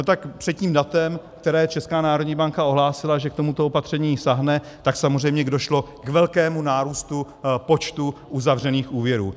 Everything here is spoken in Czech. Tak před tím datem, které Česká národní banka ohlásila, že k tomuto opatření sáhne, samozřejmě došlo k velkému nárůstu počtu uzavřených úvěrů.